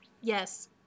Yes